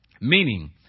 meaning